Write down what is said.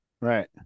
Right